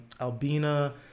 albina